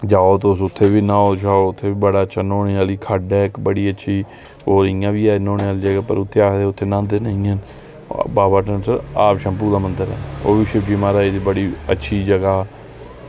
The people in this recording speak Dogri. जाओ तुस उत्थै बी न्हाओ तुस बड़ी अच्छी न्हौने आह्ली खड्ड ऐ इक्क ओह् इंया बी ऐ न्हौने आह्ली जह इक्क पर आक्खदे उत्थेै न्हांदे निं हैन होर बाबा धनसर आप शंभु दा मंदर ऐ ओह्बी शिवजी म्हाराज हुंदी बड़ी अच्छी जगह